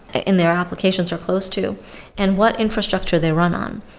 and their applications are close to and what infrastructure they run on.